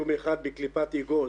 יום אחד בקליפת אגוז